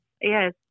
yes